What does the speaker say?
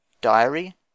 Diary